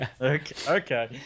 Okay